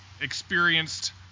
experienced